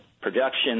production